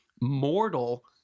mortal